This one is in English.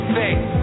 faith